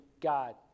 God